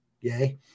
Yay